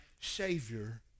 savior